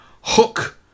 hook